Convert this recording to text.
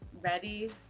Ready